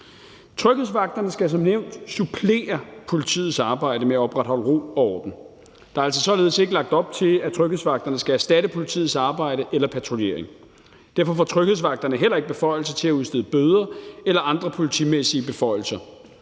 Tryghedsvagterne skal som nævnt supplere politiets arbejde med at opretholde ro og orden. Der er altså således ikke lagt op til, at tryghedsvagterne skal erstatte politiets arbejde eller patruljering. Derfor får tryghedsvagterne heller ikke beføjelser til at udstede bøder eller andre politimæssige beføjelser.